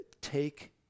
take